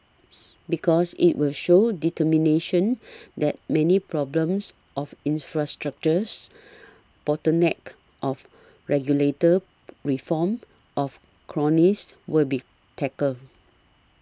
because it will show determination that many problems of infrastructures bottlenecks of regulator reforms of cronies will be tackled